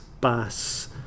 Bass